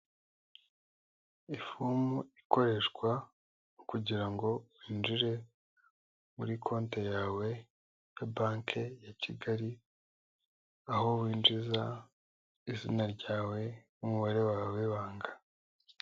Ifomu ikoreshwa kugira ngo winjire muri konti yawe ya banki ya Kigali aho winjiza izina ryawe n'umubare wawe w'ibanga.